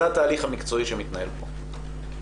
זה התהליך המקצועי שמתנהל פה,